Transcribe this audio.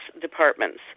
departments